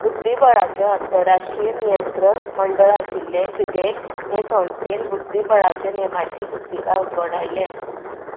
बुद्धिबळाचें अंतरराष्ट्रीय नियंत्रक मंडळ आशिल्ले फिडे हे संस्थेन बुद्धिबळाच्या नेमांची पुस्तिकां उजवाडायले